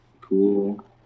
Cool